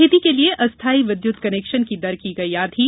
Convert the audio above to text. खेती के लिये अस्थाई विद्युत कनेक्शन की दर की गई आधी